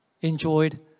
enjoyed